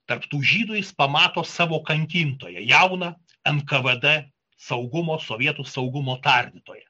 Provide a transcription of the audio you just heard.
tarp tų žydų jis pamato savo kankintoją jauną nkvd saugumo sovietų saugumo tardytoją